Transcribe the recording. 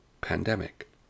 pandemic